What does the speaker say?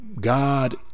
God